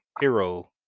hero